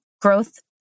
growth